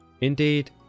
Indeed